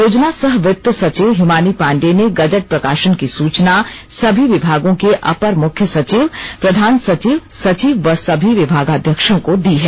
योजना सह वित्त सचिव हिमानी पांडेय ने गजट प्रकाशन की सूचना सभी विभागों के अपर मुख्य सचिव प्रधान सचिव सचिव व सभी विभागाध्यक्षों को दी है